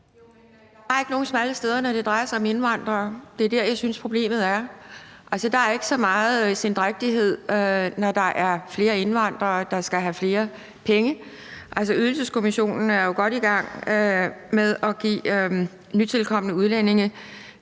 er bare ikke nogen smalle steder, når det drejer sig om indvandrere. Det er der, jeg synes problemet er. Altså, der er ikke så meget sendrægtighed, når der er flere indvandrere, der skal have flere penge. Altså, Ydelseskommissionen er jo godt i gang med at give nytilkomne udlændinge